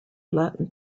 latin